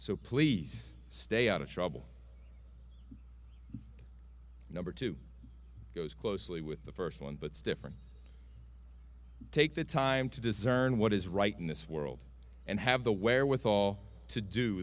so please stay out of trouble number two goes closely with the first one but stiffer take the time to discern what is right in this world and have the where with all to do